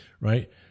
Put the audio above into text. right